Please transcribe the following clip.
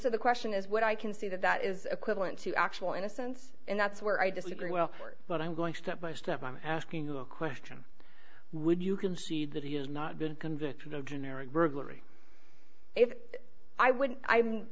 so the question is what i can see that that is a quibble into actual innocence and that's where i disagree well but i'm going step by step i'm asking you a question would you concede that he has not been convicted of generic burglary if i would